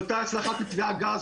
הצלחת מתווה הגז,